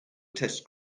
test